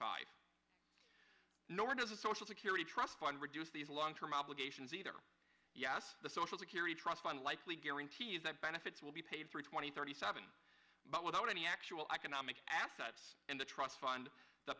five nor does the social security trust fund reduce these long term obligations either yes the social security trust fund life we guarantee is that benefits will be paid through twenty thirty seven but without any actual economic assets in the trust fund the